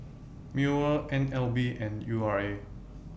Mewr N L B and U R A